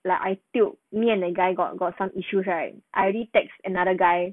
like I tiok me and the guy got got some issues right I already text another guy